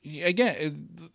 again